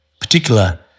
particular